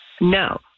No